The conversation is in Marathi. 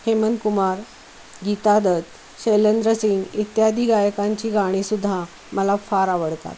हेमंतकुमार गीता दत्त शैलेंद्र सिंग इत्यादी गायकांची गाणीसुद्धा मला फार आवडतात